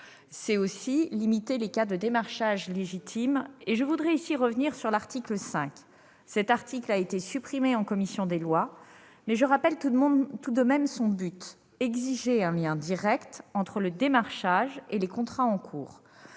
C'est aussi limiter les cas de démarchage légitime, et je voudrais ici revenir sur l'article 5, qui a été supprimé par la commission des lois ; je rappelle tout de même son but : exiger un lien direct entre le démarchage et les contrats en cours.